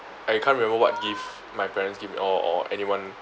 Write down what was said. I can't remember what gift my parents give me or or anyone